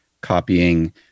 copying